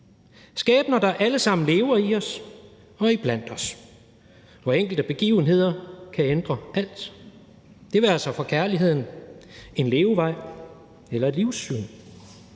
skæbner, der alle sammen lever i os og iblandt os, hvor enkelte begivenheder kan ændre alt, det være sig kærligheden, en levevej eller et livssyn.